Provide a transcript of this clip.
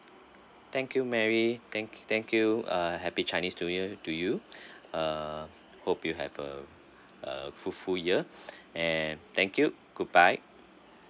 thank you marry thank thank you uh happy chinese new year to you uh hope you have a uh fruitful year and thank you goodbye